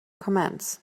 comments